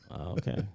okay